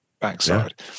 backside